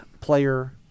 Player